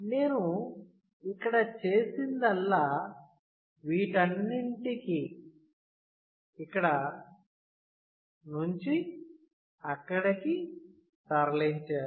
నేను ఇక్కడ చేసిందల్లా వీటన్నింటిని ఇక్కడ నుంచి అక్కడికి తరలించాను